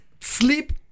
sleep